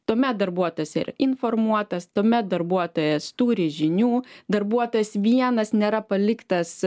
tuomet darbuotojas yra informuotas tuomet darbuotojas turi žinių darbuotojas vienas nėra paliktas